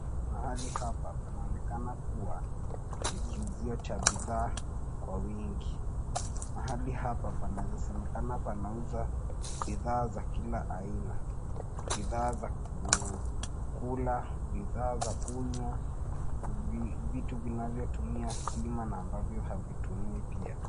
Mahali hapa panaonekana kuwa ni kiuzio cha bidhaa kwa wingi. Mahali hapa panaweza semekana panauza bidhaa za kila aina. Bidhaa za kula, bidhaa za kunywa, vitu vinavyotumia stima na ambayo havitumii pia.